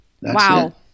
Wow